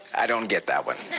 i don't get that one.